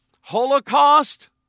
Holocaust